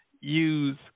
use